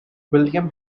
william